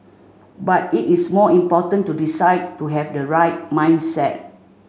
but it is more important to decide to have the right mindset